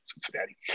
Cincinnati